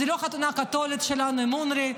זו לא חתונה קתולית שלנו עם אונר"א.